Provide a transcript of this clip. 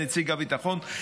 נציג הביטחון.